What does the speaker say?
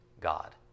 God